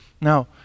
Now